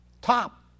top